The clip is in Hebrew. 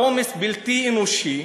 העומס בלתי אנושי,